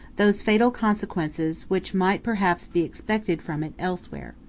those fatal consequences which might perhaps be expected from it elsewhere.